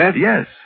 Yes